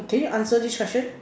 can you answer this question